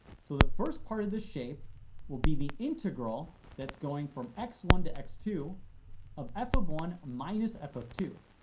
so the first part of the shape will be the integral that's going from x one to x two of f of one minus f of two